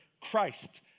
Christ